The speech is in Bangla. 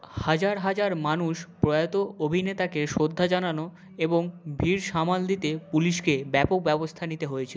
হাজার হাজার মানুষ প্রয়াত অভিনেতাকে শ্রদ্ধা জানানো এবং ভিড় সামাল দিতে পুলিশকে ব্যাপক ব্যবস্থা নিতে হয়েছিলো